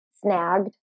snagged